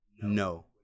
no